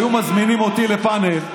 היו מזמינים אותי לפנל: